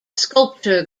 sculpture